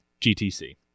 GTC